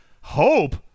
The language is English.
hope